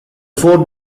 four